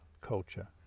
culture